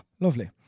Lovely